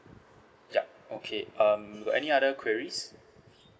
yup okay um you got any other queries